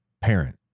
parent